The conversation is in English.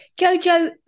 Jojo